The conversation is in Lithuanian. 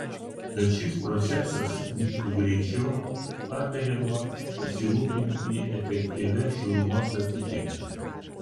kad šis procesas vyktų greičiau patariama pasirūpinti efektyvia šilumos apykaita